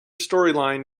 storyline